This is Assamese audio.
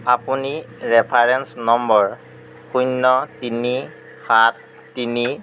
আপুনি ৰেফাৰেঞ্চ নম্বৰ শূন্য তিনি সাত তিনি